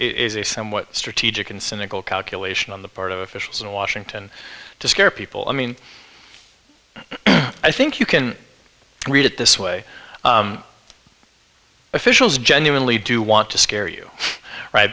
is a somewhat strategic and cynical calculation on the part of officials in washington to scare people i mean i think you can read it this way officials genuinely do want to scare you